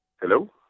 Hello